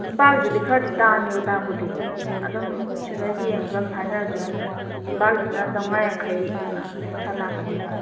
ꯅꯨꯄꯥꯒꯤꯗꯨꯗꯤ ꯈꯔꯗꯤ ꯇꯥꯡꯉꯦꯕ ꯇꯥꯡꯕꯗꯤ ꯑꯗꯨꯝ ꯁꯤꯗ ꯌꯦꯡꯉꯒ ꯑꯗꯨꯃ ꯍꯥꯏꯅꯔꯁꯨ ꯌꯥꯅꯤꯗ ꯅꯨꯄꯥꯒꯤꯗꯨꯅ ꯆꯃꯉꯥ ꯌꯥꯡꯈꯩ ꯑꯥ ꯑꯗꯨꯃꯥꯏ ꯈꯔ ꯂꯥꯛꯀꯅꯦꯕ